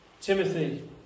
Timothy